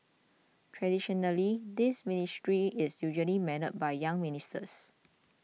traditionally this ministry is usually manned by younger ministers